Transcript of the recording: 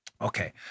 Okay